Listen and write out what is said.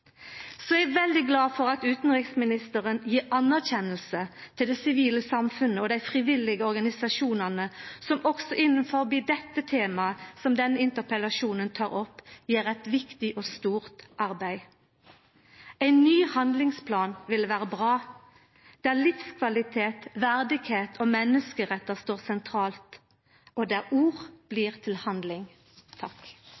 Eg er veldig glad for at utanriksministeren gjev anerkjenning til det sivile samfunnet og dei frivillige organisasjonane, som også innanfor det temaet som denne interpellasjonen tek opp, gjer eit viktig og stort arbeid. Ein ny handlingsplan ville vera bra, der livskvalitet, verdigheit og menneskerettar står sentralt, og der ord